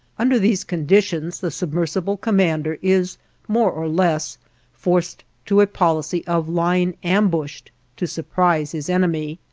under these conditions the submersible commander is more or less forced to a policy of lying ambushed to surprise his enemy.